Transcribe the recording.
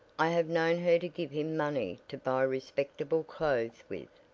i have known her to give him money to buy respectable clothes with,